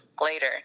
later